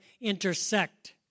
intersect